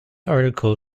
article